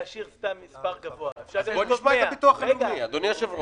אדוני היושב-ראש,